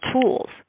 tools